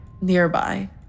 nearby